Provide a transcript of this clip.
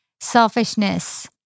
selfishness